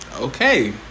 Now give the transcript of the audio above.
Okay